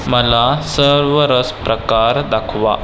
मला सर्व रस प्रकार दाखवा